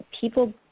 people